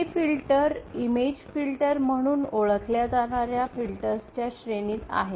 हे filter image filter म्हणून ओळखल्या जाणार्या फिल्टरच्या श्रेणीचे आहेत